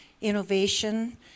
innovation